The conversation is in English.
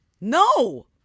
No